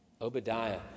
Obadiah